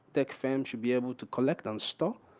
tech fans should be able to collect and install.